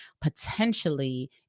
potentially